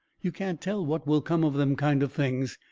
you can't tell what will come of them kind of things.